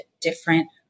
different